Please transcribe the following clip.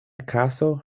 kaso